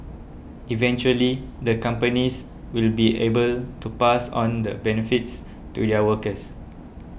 eventually the companies will be able to pass on the benefits to their workers